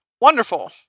wonderful